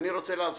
אני רוצה להזכיר,